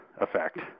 effect